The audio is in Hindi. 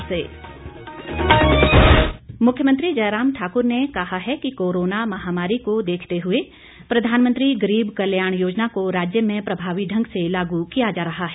मुख्यमंत्री गरीब कल्याण योजना मुख्यमंत्री जयराम ठाक्र ने कहा है कि कोरोना महामारी को देखते हुए प्रधानमंत्री गरीब कल्याण योजना को राज्य में प्रभावी ढंग से लागू किया जा रहा है